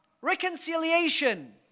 reconciliation